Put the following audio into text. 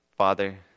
Father